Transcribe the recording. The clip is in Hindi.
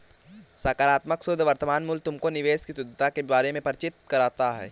सकारात्मक शुद्ध वर्तमान मूल्य तुमको निवेश की शुद्धता के बारे में परिचित कराता है